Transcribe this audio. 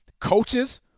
Coaches